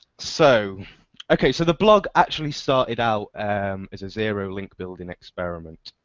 so ok so the blog actually started out and as a zero link building experiment.